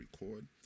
record